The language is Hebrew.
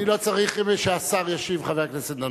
אני לא צריך שהשר ישיב, חבר הכנסת דנון.